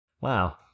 Wow